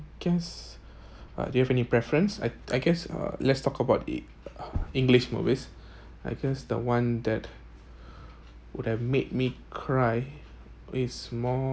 guess uh do you have any preference I I guess uh let's talk about the uh english movies I guess the one that would have made me cry is more